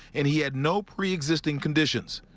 and he had no prechisting conditions.